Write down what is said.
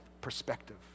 perspective